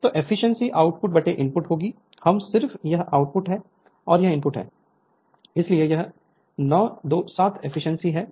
तो efficiency output input होगी हम सिर्फ यह आउटपुट है और यह इनपुट है इसलिए यह 0927 एफिशिएंसी है